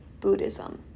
Buddhism